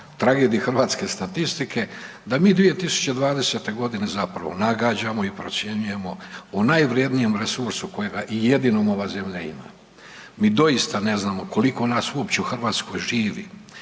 tragedija Hrvatske statistike da mi 2020. godine zapravo nagađamo i procjenjujemo o najvrijednijem resursu kojega i jedinom ova zemlja ima. Mi doista ne znamo koliko nas uopće u Hrvatskoj živi,